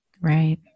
Right